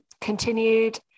continued